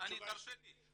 תרשה לי.